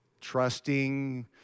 trusting